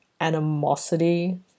animosity